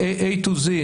תוספתי.